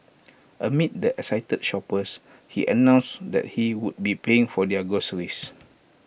amid the excited shoppers he announced that he would be paying for their groceries